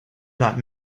not